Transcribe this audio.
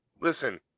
listen